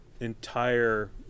entire